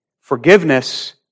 Forgiveness